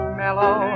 mellow